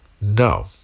No